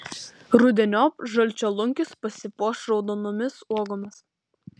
rudeniop žalčialunkis pasipuoš raudonomis uogomis